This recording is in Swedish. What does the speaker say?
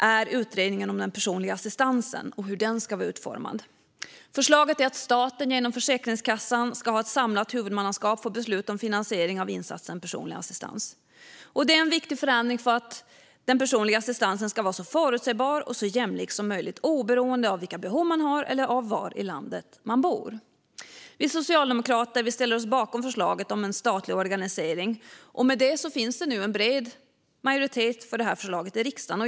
Det handlar om hur den personliga assistansen ska vara utformad. Förslaget är att staten genom Försäkringskassan ska ha ett samlat huvudmannaskap för beslut om och finansiering av insatsen personlig assistans. Det är en viktig förändring för att den personliga assistansen ska vara så förutsägbar och så jämlik som möjligt, oberoende av vilka behov man har eller av var i landet man bor. Vi socialdemokrater ställer oss bakom förslaget om statlig organisering, och i och med det finns en bred majoritet för förslaget i riksdagen.